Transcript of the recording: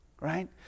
Right